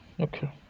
Okay